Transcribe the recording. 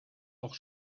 auch